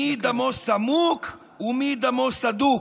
מי דמו סמוק ומי דמו סדוק,